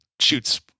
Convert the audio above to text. shoots